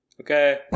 okay